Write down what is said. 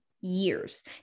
years